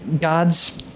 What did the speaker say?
God's